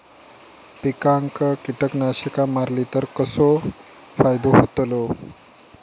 पिकांक कीटकनाशका मारली तर कसो फायदो होतलो?